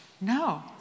No